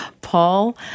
Paul